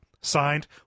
signed